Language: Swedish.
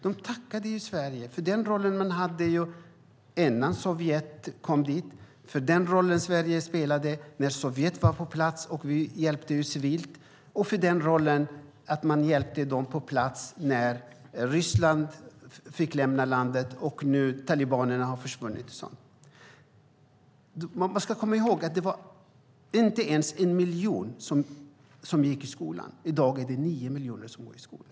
De tackade Sverige för den roll vi hade innan Sovjet kom dit, för den roll Sverige spelade när Sovjet var på plats och vi hjälpte civilt och för rollen när vi hjälpte dem på plats då Ryssland fick lämna landet och nu när talibanerna har försvunnit. Man ska komma ihåg att det var mindre än en miljon som gick i skolan, och i dag är det nio miljoner som går i skolan.